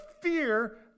fear